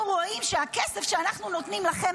אנחנו רואים שהכסף שאנחנו נותנים לכם,